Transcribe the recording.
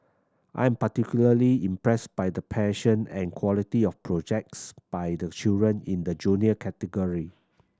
I'm particularly impressed by the passion and quality of projects by the children in the Junior category